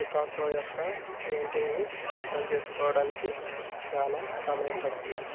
Picasso యొక్క పెయింటింగ్ని అర్థం చేసుకోవడానికి చాలా సమయం పడుతుంది